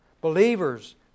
Believers